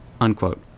unquote